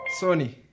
Sony